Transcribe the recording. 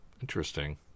Interesting